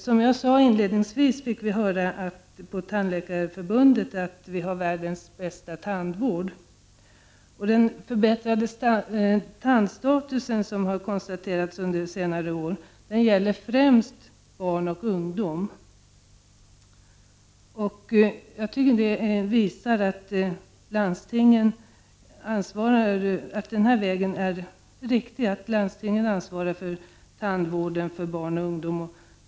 Som jag sade inledningsvis fick vi höra av Tandläkarförbundet att vi har världens bästa tandvård. Den förbättrade tandstatus som konstaterats under senare år gäller främst barn och ungdom. Detta visar att den väg vi har valt är riktig, nämligen att landstingen ansvarar för tandvården för barn och ungdom.